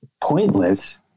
pointless